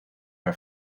her